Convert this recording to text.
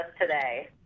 today